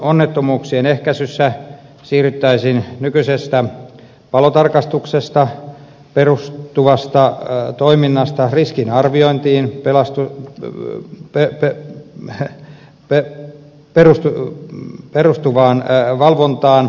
onnettomuuksien ehkäisyssä siirryttäisiin nykyisestä palotarkastukseen perustuvasta toiminnasta riskinarviointiin pelastui levyä päälle mää per persoon perustuvaan valvontaan